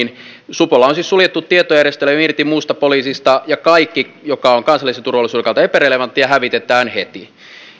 supolla on siis suljettu tietojärjestelmä irti muusta poliisista ja kaikki joka on kansallisen turvallisuuden kannalta epärelevanttia hävitetään heti